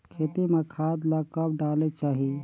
खेती म खाद ला कब डालेक चाही?